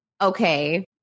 okay